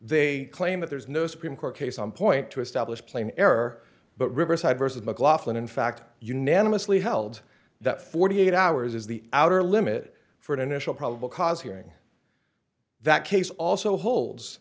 they claim that there is no supreme court case on point to establish plain air but riverside vs mclaughlin in fact unanimously held that forty eight hours is the outer limit for an initial probable cause hearing that case also holds